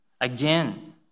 Again